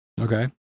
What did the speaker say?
Okay